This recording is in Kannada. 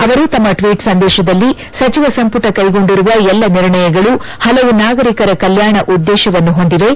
ಅವರು ತಮ್ಮ ಟ್ವೀಟ್ ಸಂದೇಶದಲ್ಲಿ ಸಚಿವ ಸಂಪುಟ ಕೈಗೊಂಡಿರುವ ಎಲ್ಲ ನಿರ್ಣಯಗಳು ಹಲವು ನಾಗರಿಕರ ಕಲ್ಯಾಣ ಉದ್ದೇಶವನ್ನು ಹೊಂದಿವೆ